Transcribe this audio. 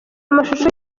amashusho